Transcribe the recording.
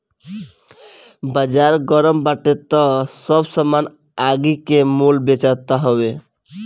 बाजार गरम बाटे तअ सब सामान आगि के मोल बेचात हवे